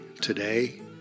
today